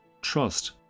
trust